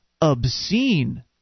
obscene